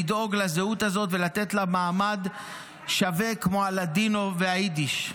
לדאוג לזהות הזאת ולתת לה מעמד שווה כמו הלדינו והיידיש.